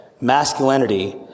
Masculinity